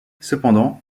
cependant